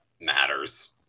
matters